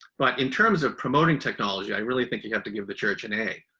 but in terms of promoting technology, i really think you have to give the church an a.